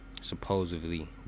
supposedly